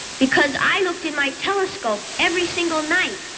because i looked in my telescope every single night.